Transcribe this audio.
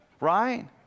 right